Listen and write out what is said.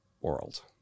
world